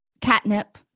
catnip